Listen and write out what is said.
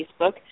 Facebook